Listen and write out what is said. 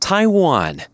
Taiwan